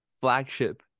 flagship